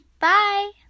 Bye